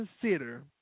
consider